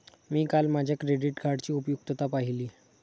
मी काल माझ्या क्रेडिट कार्डची उपयुक्तता पाहिली